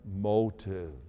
motives